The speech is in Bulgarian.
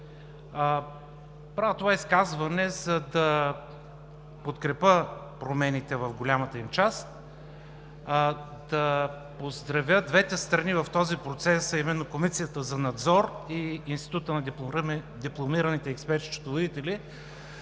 Правя това изказване, за да подкрепя промените в голямата им част, да поздравя двете страни в този процес, а именно Комисията за надзор и Института на дипломираните експерт-счетоводители